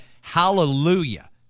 hallelujah